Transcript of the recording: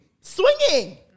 swinging